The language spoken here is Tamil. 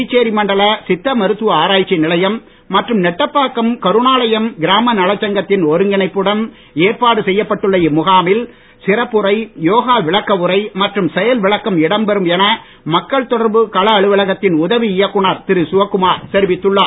புதுச்சேரி மண்டல சித்த மருத்துவ ஆராய்ச்சி நிலையம் மற்றும் நெட்டபாக்கம் கருணாலையம் கிராம நலச் ஒருங்கிணைப்புடன் ஏற்பாடு செய்யப்பட்டுள்ள இம்முகாமில் சிறப்புரையோகா விளக்க உரை மற்றும் செயல்விளக்கம் இடம் பெறும் என மக்கள் தொடர்பு கள அலுவலகத்தில் உதவி இயக்குனர் திரு சிவக்குமார் தெரிவித்துள்ளார்